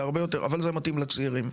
אבל זה מתאים לצעירים.